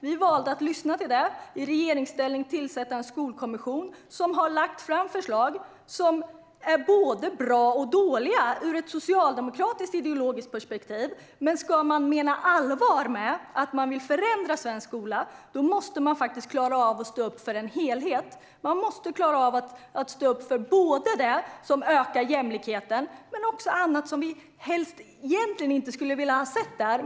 Vi valde att lyssna till det och i regeringsställning tillsätta en skolkommission som har lagt fram förslag som är både bra och dåliga från ett socialdemokratiskt ideologiskt perspektiv. Om man menar allvar med att man vill förändra svensk skola, då måste klara av att stå upp för en helhet. Man måste stå upp för det som ökar jämlikheten och också annat som vi egentligen inte skulle velat se.